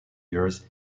years